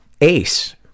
Ace